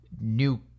new